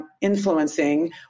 influencing